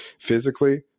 physically